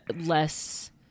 less